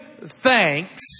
thanks